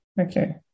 okay